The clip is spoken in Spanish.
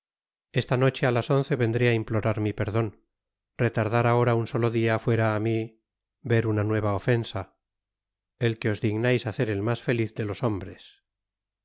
nesta noche á las once vendré á implorar mi perdon retardar ahora un solo dia fuera á mi ver una nueva ofensa el que os dignais hacer el mas feliz de los hombres